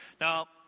Now